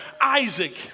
Isaac